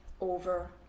over